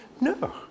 No